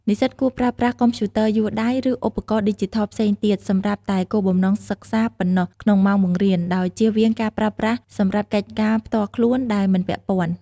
និស្សិតគួរប្រើប្រាស់កុំព្យូទ័រយួរដៃ ឬឧបករណ៍ឌីជីថលផ្សេងទៀតសម្រាប់តែគោលបំណងសិក្សាប៉ុណ្ណោះក្នុងម៉ោងបង្រៀន ដោយជៀសវាងការប្រើប្រាស់សម្រាប់កិច្ចការផ្ទាល់ខ្លួនដែលមិនពាក់ព័ន្ធ។